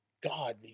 God